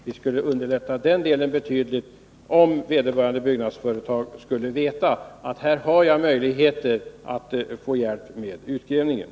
Det skulle i detta avseende underlätta betydligt om vederbörande byggnadsföretag visste att man har möjlighet att få hjälp med utgrävningen.